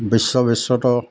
বিশ্ববিশ্ৰুত